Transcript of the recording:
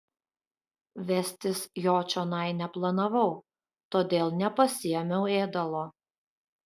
vestis jo čionai neplanavau todėl nepasiėmiau ėdalo